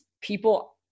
people